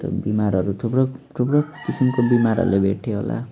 दुःख बिमारहरू थुप्रो थुप्रो किसिमको बिमारहरूले भेट्थ्यो होला